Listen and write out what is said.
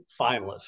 finalists